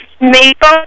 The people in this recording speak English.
maple